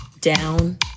Down